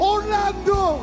Orlando